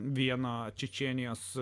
vieno čečėnijos